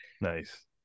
nice